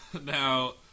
Now